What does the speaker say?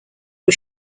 was